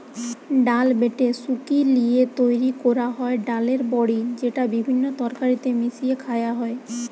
ডাল বেটে শুকি লিয়ে তৈরি কোরা হয় ডালের বড়ি যেটা বিভিন্ন তরকারিতে মিশিয়ে খায়া হয়